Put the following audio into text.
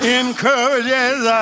encourages